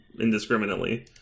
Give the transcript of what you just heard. indiscriminately